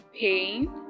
pain